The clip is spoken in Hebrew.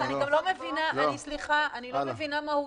אני לא מבינה מהותית,